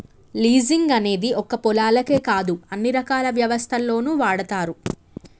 leasing అనేది ఒక్క పొలాలకే కాదు అన్ని రకాల వ్యవస్థల్లోనూ వాడతారు